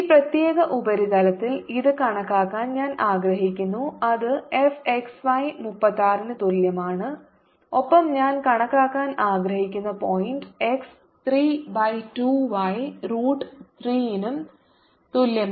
ഈ പ്രത്യേക ഉപരിതലത്തിൽ ഇത് കണക്കാക്കാൻ ഞാൻ ആഗ്രഹിക്കുന്നു അത് fxy 36 ന് തുല്യമാണ് ഒപ്പം ഞാൻ കണക്കാക്കാൻ ആഗ്രഹിക്കുന്ന point x 3 by 2 y root 3 നും തുല്യമാണ്